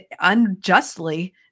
unjustly